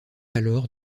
alors